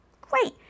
Great